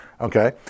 Okay